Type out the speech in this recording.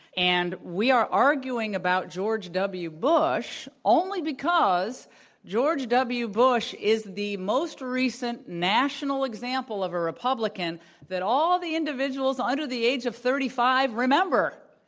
and we are arguing about george w. bush only because george w. bush is the most recent national example of a republican that all the individuals under the age of thirty five remember.